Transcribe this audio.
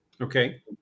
Okay